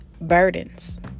burdens